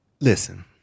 listen